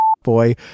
boy